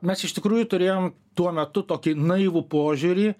mes iš tikrųjų turėjom tuo metu tokį naivų požiūrį